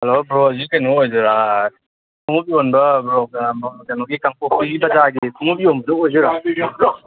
hello ꯕ꯭ꯔꯣꯁꯦ ꯀꯩꯅꯣ ꯑꯣꯏꯗꯣꯏꯔꯥ ꯈꯨꯉꯨꯞ ꯌꯣꯟꯕ ꯀꯩꯅꯣꯒꯤ ꯀꯥꯡꯄꯣꯛꯄꯤꯒꯤ ꯕꯖꯥꯔꯒꯤ ꯈꯨꯉꯨꯞ ꯌꯣꯟꯕꯗꯣ ꯑꯣꯏꯗꯣꯏꯔꯣ